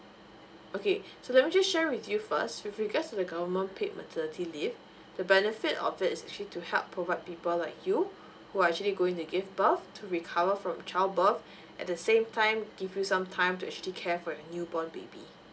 okay so let me just share with you first with regard to the government paid maternity leave the benefits of it is actually to help provide people like you who are actually going to give birth to recover from the child birth at the same time give you some time to actually care for your newborn baby